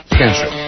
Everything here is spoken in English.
cancer